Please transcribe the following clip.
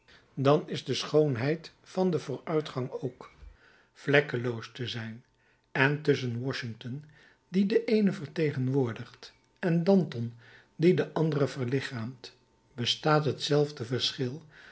dan is de schoonheid van den vooruitgang ook vlekkeloos te zijn en tusschen washington die de eene vertegenwoordigt en danton die de andere verlichamelijkt bestaat hetzelfde verschil